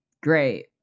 great